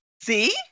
See